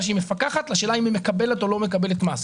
שהיא מפקחת לשאלה אם היא מקבלת או לא מקבלת הטבות מס.